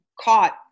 caught